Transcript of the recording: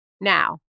now